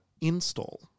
install